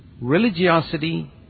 religiosity